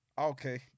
Okay